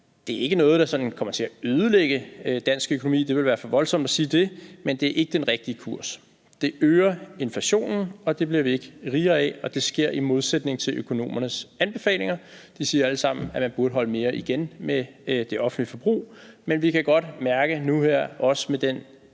Det er ikke noget, der som sådan kommer til at ødelægge dansk økonomi – det ville være for voldsomt at sige det – men det er ikke den rigtige kurs. Det øger inflationen, og det bliver vi ikke rigere af, og det sker i modsætning til økonomernes anbefalinger. De siger alle sammen, at man burde holde mere igen med det offentlige forbrug, men vi kan godt mærke nu her også med den